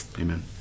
Amen